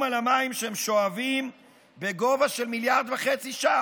על המים שהם שואבים בגובה של 1.5 מיליארדי שקלים,